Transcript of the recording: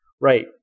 right